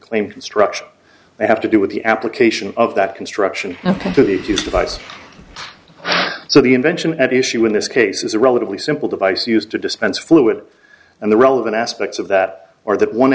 claim construction they have to do with the application of that construction to the use of ice so the invention at issue in this case is a relatively simple device used to dispense fluid and the relevant aspects of that or that one